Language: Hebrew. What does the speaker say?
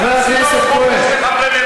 חבר הכנסת כהן.